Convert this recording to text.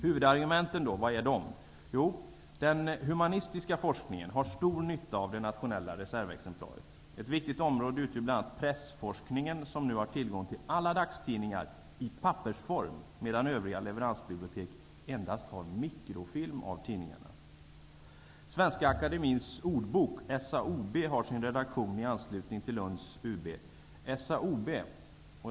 Huvudargumenten mot förslaget är följande. --Den humanistiska forskningen har stor nytta av det nationella reservexemplaret. Ett viktigt område utgör pressforskningen, som härigenom nu har tillgång till alla dagstidningar i pappersform, medan övriga leveransbibliotek endast har mikrofilm av tidningarna. --Svenska akademiens ordbok, SAOB, har sin redaktion i anslutning till universitetsbiblioteket i Lund.